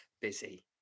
busy